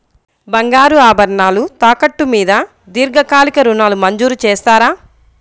బంగారు ఆభరణాలు తాకట్టు మీద దీర్ఘకాలిక ఋణాలు మంజూరు చేస్తారా?